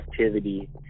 activity